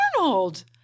Arnold